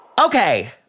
Okay